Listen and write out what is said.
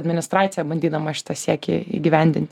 administracija bandydama šitą siekį įgyvendinti